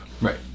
Right